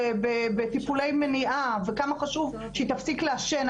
בטיפולי מניעה וכמה חשוב שהיא תפסיק לעשן,